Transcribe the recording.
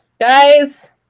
Guys